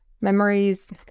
memories